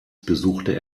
besuchte